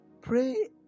Pray